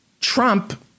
Trump